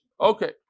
Okay